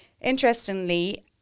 Interestingly